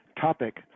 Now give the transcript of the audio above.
topic